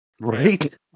Right